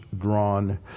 drawn